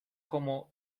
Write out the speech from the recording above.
como